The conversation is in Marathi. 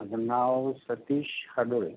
माझं नाव सतीश हाडोळे